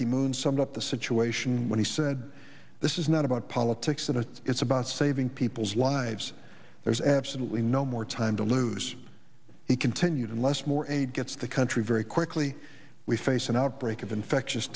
ki moon summed up the situation when he said this is not about politics and it is about saving people's lives there's absolutely no more time to lose he continued unless more aid gets the country very quickly we face an outbreak of infectious